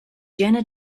jena